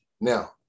Now